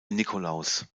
nikolaus